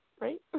Right